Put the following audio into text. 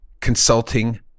consulting